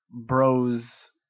bros